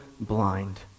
blind